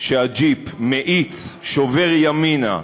שהג'יפ מאיץ, שובר ימינה,